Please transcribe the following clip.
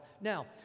Now